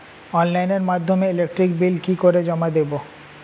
অনলাইনের মাধ্যমে electric bill কি করে জমা দেবো?